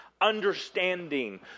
understanding